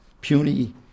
puny